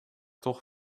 toch